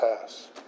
pass